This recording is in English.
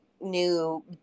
new